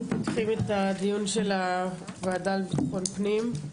אנחנו פותחים את הדיון של הוועדה לביטחון פנים.